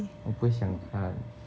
我不想看